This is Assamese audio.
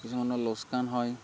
কিছুমানৰ লোকচান হয়